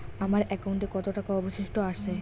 আমার একাউন্টে কত টাকা অবশিষ্ট আছে?